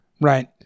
Right